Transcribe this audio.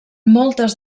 moltes